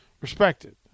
Respected